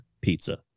pizza